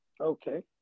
Okay